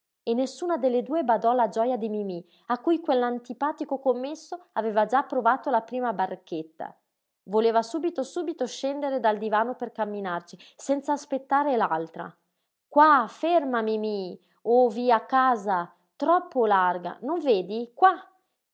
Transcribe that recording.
e nessuna delle due badò alla gioja di mimí a cui quell'antipatico commesso aveva già provato la prima barchetta voleva subito subito scendere dal divano per camminarci senz'aspettare l'altra qua ferma mimí o via a casa troppo larga non vedi qua